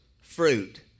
fruit